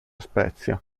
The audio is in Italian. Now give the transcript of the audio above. spezia